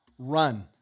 Run